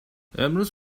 امروز